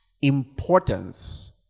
importance